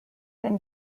than